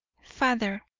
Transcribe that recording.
father,